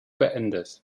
beendet